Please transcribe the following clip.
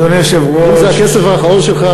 אם זה הכסף האחרון שלך,